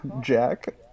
Jack